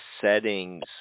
settings